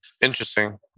Interesting